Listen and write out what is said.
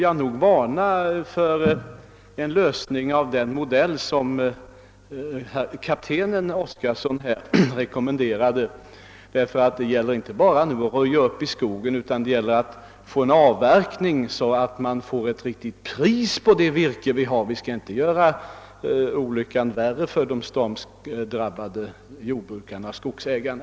Jag vill varna för en lösning av problemet enligt den modell som kaptenen Oskarson rekommenderade. Det gäller nämligen inte bara att röja upp i skogen, utan att få en avverkning som samtidigt ger ett riktigt pris på virket. Vi skall inte göra olyckan värre för de stormskadedrabbade jordoch skogsägarna.